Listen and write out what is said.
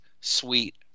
sweet